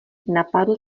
napadl